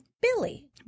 Billy